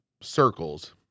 circles